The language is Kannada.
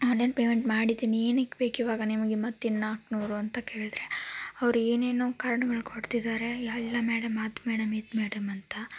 ಆನ್ಲೈನ್ ಪೇಮೆಂಟ್ ಮಾಡಿದ್ದೀನಿ ಏನಕ್ಕೆ ಬೇಕು ಇವಾಗ ನಿಮಗೆ ಮತ್ತಿನ್ನು ನೂರು ಅಂತ ಕೇಳಿದೆ ಅವರು ಏನೇನೊ ಕಾರಣಗಳನ್ನು ಕೊಡ್ತಿದ್ದಾರೆ ಅಲ್ಲ ಮೇಡಮ್ ಅದು ಮೇಡಮ್ ಇದು ಮೇಡಮ್ ಅಂತ